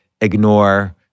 ignore